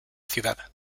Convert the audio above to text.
ciudad